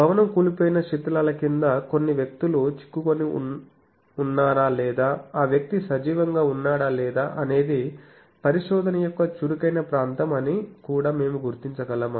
భవనం కూలిపోయిన శిధిలాల క్రింద కొన్ని వ్యక్తులు చిక్కుకొని ఉన్నారా లేదా ఆ వ్యక్తి సజీవంగా ఉన్నాడా లేదా అనేది పరిశోధన యొక్క చురుకైన ప్రాంతం అని కూడా మేము గుర్తించగలమా